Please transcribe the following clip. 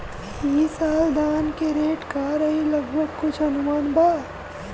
ई साल धान के रेट का रही लगभग कुछ अनुमान बा?